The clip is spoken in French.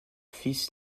fils